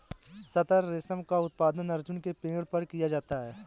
तसर रेशम का उत्पादन अर्जुन के पेड़ पर किया जाता है